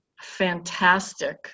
Fantastic